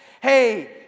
hey